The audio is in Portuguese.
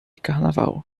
carnaval